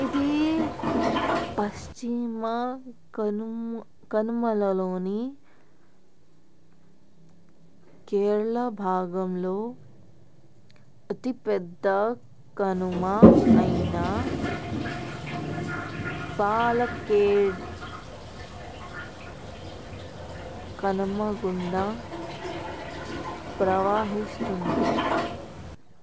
ఇది పశ్చిమ కను కనుమలలోని కేరళ భాగంలో అతిపెద్ద కనుమ అయిన పాలక్కాడ్ కనుమ గుండా ప్రవహిస్తుంది